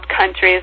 countries